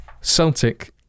Celtic